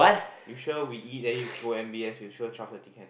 you sure we eat then you go M_B_S you sure twelve thirty can